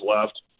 left